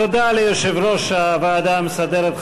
תודה ליושב-ראש הוועדה המסדרת,